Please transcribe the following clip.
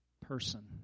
person